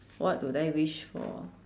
what do I wish for